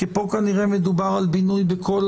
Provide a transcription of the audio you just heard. כי פה כנראה מדובר על בינוי בכל